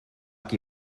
qui